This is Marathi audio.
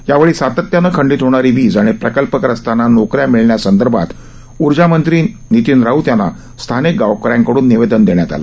यावेळी सातत्याने खंडित होणारी वीज आणि प्रकल्पग्रस्तांना नोकऱ्या मिळण्यासंदर्भात ऊर्जा मंत्री नितीन राऊत यांना स्थानिक गावकऱ्यांकडून निवेदन देण्यात आलं